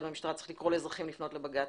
במשטרה צריך לקרוא לאזרחים לפנות לבג"ץ.